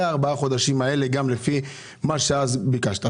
הארבעה חודשים האלה גם לפי מה שאז ביקשת.